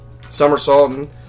somersaulting